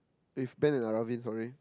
with Ben and Aravin sorry